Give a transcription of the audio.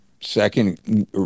second